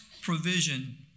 provision